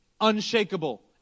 unshakable